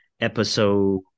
episode